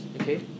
okay